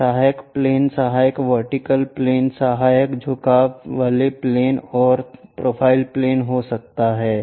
ये सहायक प्लेन सहायक वर्टिकल प्लेन सहायक झुकाव वाले प्लेन और प्रोफ़ाइल प्लेन हो सकते हैं